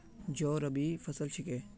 जौ रबी फसल छिके